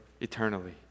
eternally